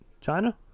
China